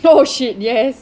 oh shit yes